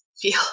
feel